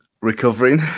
Recovering